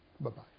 Bye-bye